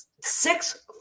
six